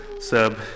sub